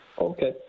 okay